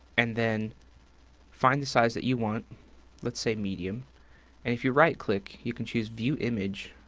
and then find the size that you want let's say medium. and if you right-click, you can choose view image.